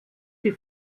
die